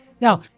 now